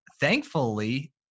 Thankfully